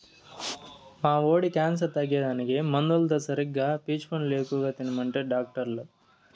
మా వోడి క్యాన్సర్ తగ్గేదానికి మందులతో సరిగా పీచు పండ్లు ఎక్కువ తినమంటిరి డాక్టర్లు